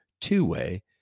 two-way